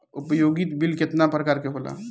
उपयोगिता बिल केतना प्रकार के होला?